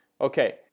Okay